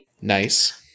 Nice